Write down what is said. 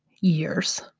years